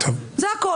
זה הכול.